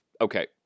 okay